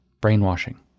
brainwashing